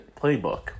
Playbook